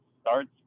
starts